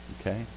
Okay